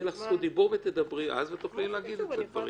תהיה לך זכות דיבור ותדברי אז ותוכלי להגיד את הדברים.